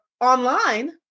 online